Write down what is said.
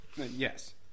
Yes